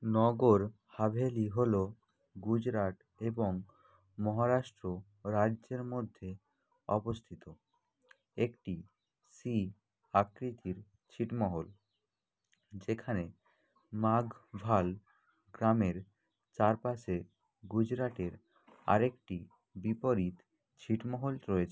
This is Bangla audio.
নগর হাভেলি হলো গুজরাট এবং মহারাষ্ট্র রাজ্যের মধ্যে অবস্থিত একটি সি আকৃতির ছিটমহল যেখানে মাগভাল গ্রামের চারপাশে গুজরাটের আরেকটি বিপরীত ছিটমহল রয়েছে